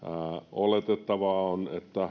oletettavaa on että